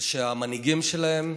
שהמנהיגים שלהם,